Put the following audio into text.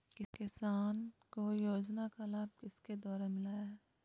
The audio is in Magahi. किसान को योजना का लाभ किसके द्वारा मिलाया है?